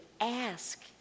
ask